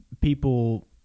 people